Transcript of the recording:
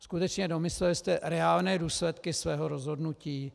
Skutečně, domysleli jste reálné důsledky svého rozhodnutí?